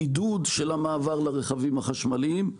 עידוד המעבר לרכבים חשמליים.